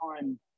time